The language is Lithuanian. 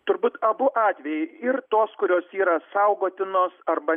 turbūt abu atvejai ir tos kurios yra saugotinos arba